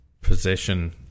possession